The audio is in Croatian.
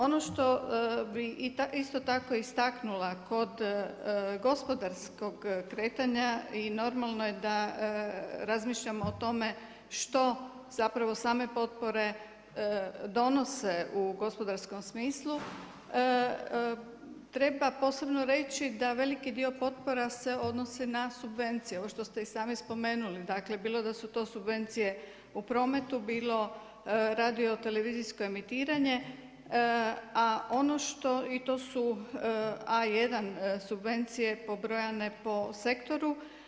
Ono što bi isto tako istaknula kod gospodarskog kretanja i normalno je da razmišljamo o tome što same potpore donose u gospodarskom smislu, treba posebno reći da veliki dio potpora se odnose na subvencije, ovo što ste i sami spomenuli, bilo da su to subvencije u prometu, bilo radiotelevizijsko emitiranje i to su A1 subvencije pobrojane po sektoru.